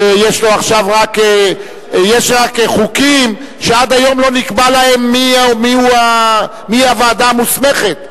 ויש לו עכשיו רק חוקים שעד היום לא נקבע להם מי הוועדה המוסמכת,